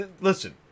listen